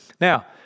Now